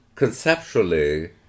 conceptually